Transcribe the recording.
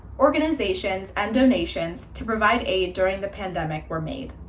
organizations and donations to provide aid during the pandemic were made.